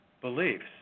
beliefs